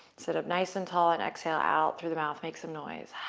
sit up nice and tall and exhale out through the mouth. make some noise.